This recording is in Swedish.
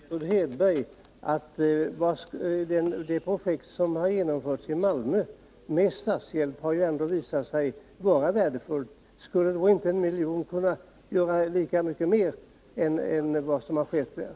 Herr talman! Jag vill bara säga till Gertrud Hedberg att det projekt som har genomförts i Malmö med statshjälp ju har visat sig vara värdefullt. Skulle då inte 1 milj.kr. kunna göra mycket mer än vad som har skett där?